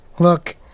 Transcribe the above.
Look